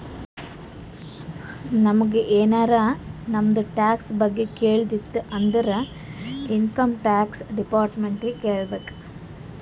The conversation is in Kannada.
ನಮುಗ್ ಎನಾರೇ ನಮ್ದು ಟ್ಯಾಕ್ಸ್ ಬಗ್ಗೆ ಕೇಳದ್ ಇತ್ತು ಅಂದುರ್ ಇನ್ಕಮ್ ಟ್ಯಾಕ್ಸ್ ಡಿಪಾರ್ಟ್ಮೆಂಟ್ ನಾಗೆ ಕೇಳ್ಬೇಕ್